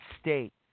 state